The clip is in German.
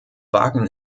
wagen